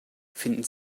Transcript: finden